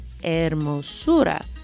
hermosura